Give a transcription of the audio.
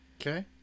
Okay